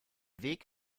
weg